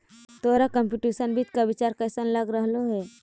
तोहरा कंप्युटेशनल वित्त का विचार कइसन लग रहलो हे